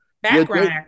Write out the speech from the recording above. Background